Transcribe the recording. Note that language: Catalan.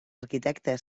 arquitectes